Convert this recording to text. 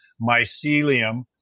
mycelium